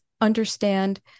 understand